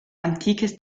antikes